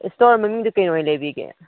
store ꯃꯃꯤꯡꯗꯤ ꯀꯩ ꯑꯣꯏꯅ ꯂꯩꯕꯤꯒꯦ